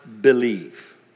believe